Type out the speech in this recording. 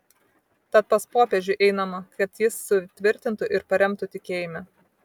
tad pas popiežių einama kad jis sutvirtintų ir paremtų tikėjime